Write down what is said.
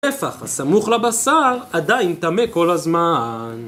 טפח הסמוך לבשר עדיין טמא כל הזמן